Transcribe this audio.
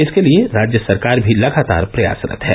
इसके लिये राज्य सरकार भी लगातार प्रयासरत है